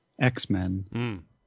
X-Men